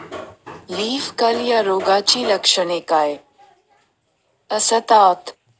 Leaf curl या रोगाची लक्षणे काय असतात?